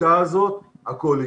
בשיטה הזו הכול יקרוס.